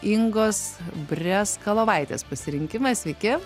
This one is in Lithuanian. ingos briazkalovaitės pasirinkimas sveiki